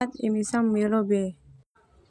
Emi sanga meu lo be.